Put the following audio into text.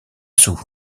sou